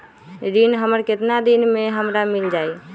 ऋण हमर केतना दिन मे हमरा मील जाई?